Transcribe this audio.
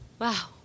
Wow